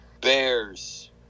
Bears